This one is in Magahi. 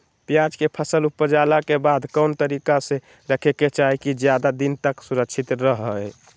प्याज के फसल ऊपजला के बाद कौन तरीका से रखे के चाही की ज्यादा दिन तक सुरक्षित रहय?